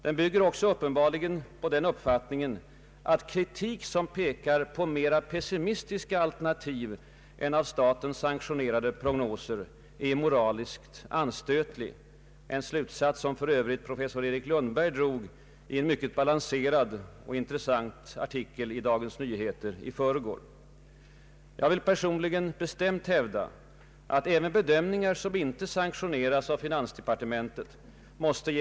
Den bygger också uppenbarligen på den uppfattningen att kritik som pekar på mera pessimistiska alternativ än av staten sanktionerade prognoser är moraliskt anstötlig, en slutsats som för övrigt professor Erik Lundberg drog i en mycket balanserad och intressant artikel i Dagens Nyheter i förrgår. Jag vill personligen bestämt hävda att även bedömningar som inte sanktioneras av finansdepartementet måste Ang.